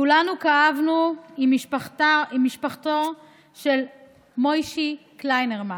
כולנו כאבנו עם משפחתו של מוישי קליינרמן.